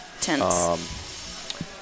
tense